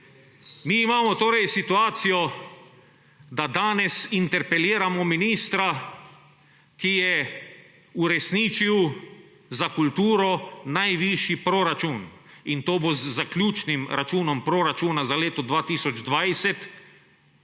Mi imamo torej situacijo, da danes interpeliramo ministra, ki je uresničil za kulturo najvišji proračun, in to bo z zaključnim računom proračuna za leto 2020